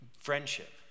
friendship